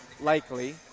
likely